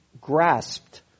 grasped